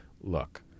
look